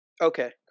Okay